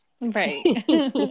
right